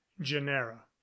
genera